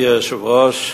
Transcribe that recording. גברתי היושבת-ראש,